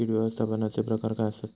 कीड व्यवस्थापनाचे प्रकार काय आसत?